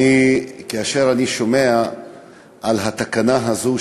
כאשר אני שומע על התקנה הזו,